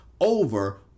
over